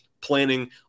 Planning